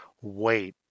wait